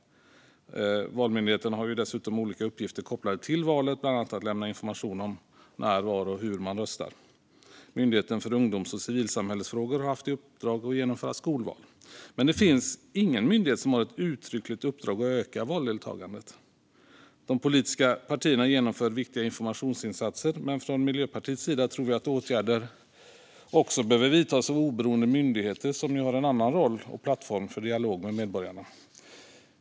Valmyndigheten har dessutom olika uppgifter kopplade till valet, bland annat att lämna information om när, var och hur man röstar. Myndigheten för ungdoms och civilsamhällesfrågor har haft i uppdrag att genomföra skolval. Det finns dock ingen myndighet som har ett uttryckligt uppdrag att öka valdeltagandet. De politiska partierna genomför viktiga informationsinsatser. Miljöpartiet tror att åtgärder också behöver vidtas av oberoende myndigheter, som ju har en annan roll och plattform för dialog med medborgarna.